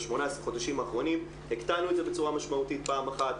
ב-18 חודשים האחרונים הקטנו בצורה משמעותית פעם אחת.